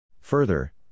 Further